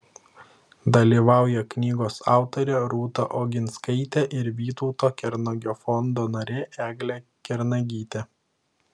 dalyvauja knygos autorė rūta oginskaitė ir vytauto kernagio fondo narė eglė kernagytė